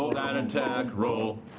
roll that attack roll.